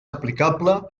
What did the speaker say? aplicable